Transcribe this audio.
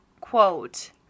quote